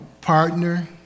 partner